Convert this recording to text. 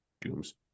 Dooms